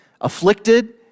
afflicted